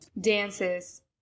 dances